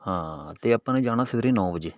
ਹਾਂ ਅਤੇ ਆਪਾਂ ਨੇ ਜਾਣਾ ਸਵੇਰੇ ਨੌ ਵਜੇ